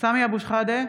סמי אבו שחאדה,